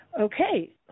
Okay